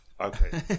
Okay